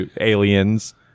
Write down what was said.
Aliens